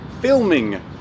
filming